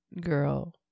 girl